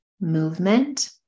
movement